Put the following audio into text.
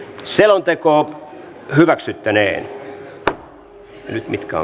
selonteko hyväksyttiin